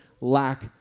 lack